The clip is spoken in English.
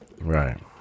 Right